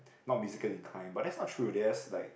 not basically incline but that's not true theirs like